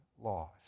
laws